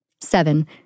Seven